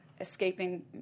escaping